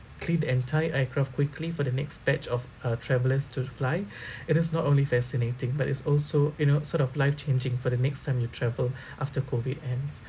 clean entire aircraft quickly for the next batch of uh travellers to fly it is not only fascinating but it's also you know sort of life changing for the next time you travel after COVID ends